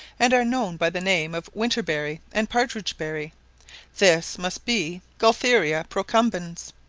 and are known by the name of winter berry, and partridge-berry this must be gaultheria procumbens.